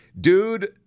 Dude